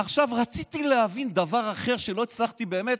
עכשיו, רציתי להבין דבר אחר שלא הצלחתי, באמת